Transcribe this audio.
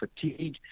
fatigue